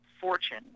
fortune